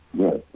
yes